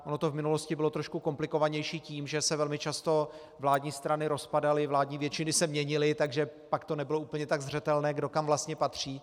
Ono to v minulosti bylo trošku komplikovanější tím, že se velmi často vládní strany rozpadaly, vládní většiny se měnily, takže pak to nebylo úplně tak zřetelné, kdo kam vlastně patří.